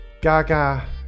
Gaga